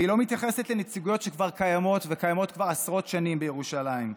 והיא לא מתייחסת לנציגויות שכבר קיימות עשרות שנים בירושלים,